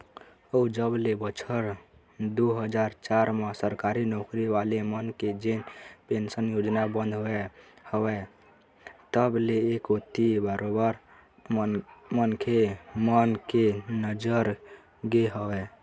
अउ जब ले बछर दू हजार चार म सरकारी नौकरी वाले मन के जेन पेंशन योजना बंद होय हवय तब ले ऐ कोती बरोबर मनखे मन के नजर गे हवय